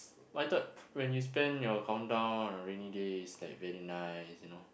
but I thought when you spend your countdown on rainy days it's like very nice you know